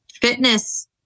fitness